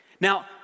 Now